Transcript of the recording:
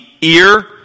ear